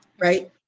right